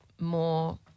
more